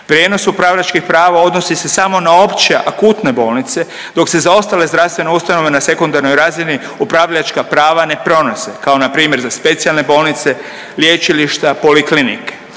Prijenos upravljačkih prava odnosi se samo na opće akutne bolnice dok se za ostale zdravstvene ustanove na sekundarnoj razini upravljačka prava ne pronose kao npr. za specijalne bolnice, lječilišta, poliklinike.